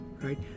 right